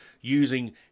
using